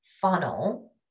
funnel